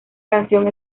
canción